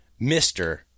Mr